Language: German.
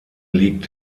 liegt